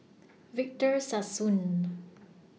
Victor Sassoon